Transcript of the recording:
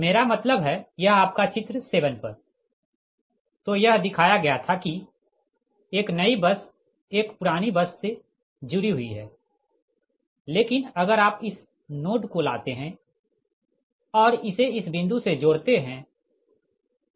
मेरा मतलब यह आपका चित्र 7 पर तो यह दिखाया गया था कि एक नई बस एक पुरानी बस से जुड़ी हुई है लेकिन अगर आप इस नोड को लाते है और इसे इस बिंदु से जोड़ते है